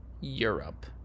europe